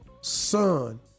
son